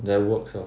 that works ah